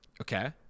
Okay